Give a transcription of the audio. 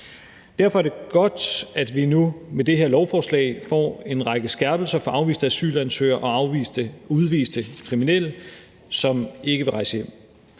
Derfor er det godt, at vi nu med det her lovforslag får en række skærpelser for afviste asylansøgere og udviste kriminelle, som ikke vil rejse hjem.